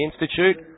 Institute